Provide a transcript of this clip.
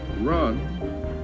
run